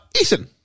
Ethan